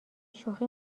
شوخی